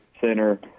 center